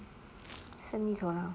生意做到很好